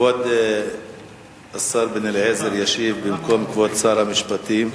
כבוד השר בן-אליעזר ישיב במקום כבוד שר המשפטים.